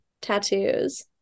tattoos